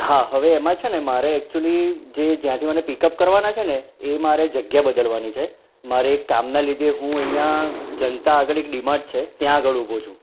હા હવે એમાં છેને મારે એક્ચયુલી જે જ્યાંથી મને પિકઅપ કરવાના છેને એ મારે જગ્યા બદલવાની છે મારે એક કામના લીધે હું અહીંયાં જનતા આગળ એક ડિમાર્ટ છે ત્યાં આગળ ઊભો છું